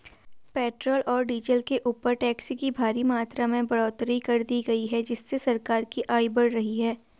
petrol और diesel के ऊपर टैक्स की भारी मात्रा में बढ़ोतरी कर दी गई है जिससे सरकार की आय बढ़ रही है